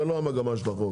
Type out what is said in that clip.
זה לא המגמה של החוק.